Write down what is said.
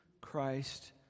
Christ